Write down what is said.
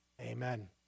Amen